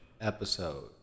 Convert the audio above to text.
episode